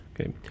Okay